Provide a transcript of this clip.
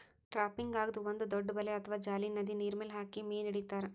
ಟ್ರಾಪಿಂಗ್ದಾಗ್ ಒಂದ್ ದೊಡ್ಡ್ ಬಲೆ ಅಥವಾ ಜಾಲಿ ನದಿ ನೀರ್ಮೆಲ್ ಹಾಕಿ ಮೀನ್ ಹಿಡಿತಾರ್